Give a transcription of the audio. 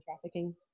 trafficking